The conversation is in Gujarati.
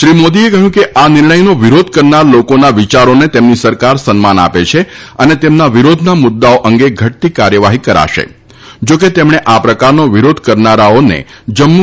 શ્રી મોદીએ કહ્યું કે આ નિર્ણથનો વિરોધ કરનાર લોકોના વિયારોને તેમની સરકાર સન્માન આપે છે અને તેમના વિરોધના મુદ્દાઓ અંગે ઘટતી કાર્યવાહી કરાશે જાકે તેમણે આ પ્રકારનો વિરોધ કરનારાઓને જમ્મુ